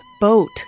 boat